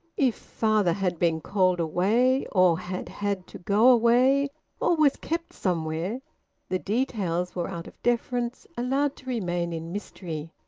if father had been called away or had had to go away or was kept somewhere the details were out of deference allowed to remain in mystery,